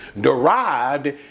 derived